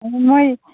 ꯑꯗꯨ ꯃꯣꯏ